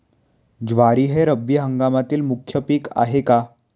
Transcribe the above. ज्वारी हे रब्बी हंगामातील मुख्य पीक आहे का?